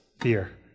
fear